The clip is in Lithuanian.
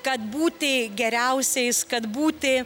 kad būti geriausiais kad būti